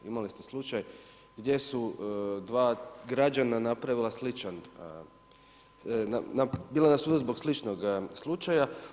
Imali ste slučaj gdje su dva građana napravila sličan, bila na sudu zbog sličnog slučaja.